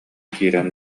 киирэн